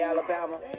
Alabama